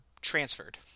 transferred